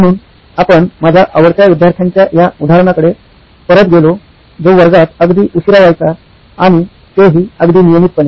म्हणून आपण माझ्या आवडत्या विद्यार्थ्याच्या या उदाहरणाकडे परत गेलो जो वर्गात अगदी उशीरा यायचा आणि ते ही अगदी नियमितपणे